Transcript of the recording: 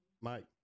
Mike